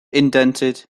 indented